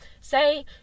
Say